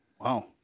wow